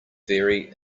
very